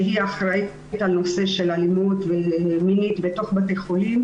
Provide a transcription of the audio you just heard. שהיא אחראית על הנושא של אלימות מינית בתוך בתי החולים,